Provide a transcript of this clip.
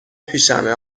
پیشمه